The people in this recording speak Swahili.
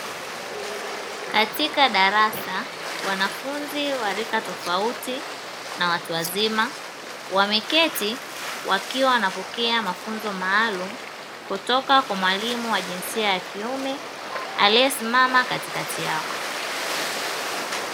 Katika darasa wanafunzi wa rika tofauti na watu wazima, wameketi wakiwa wanapokea mafunzo maalumu kutoka kwa mwalimu wa jinsia ya kiume aliyesimama katikati yao.